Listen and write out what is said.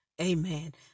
Amen